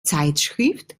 zeitschrift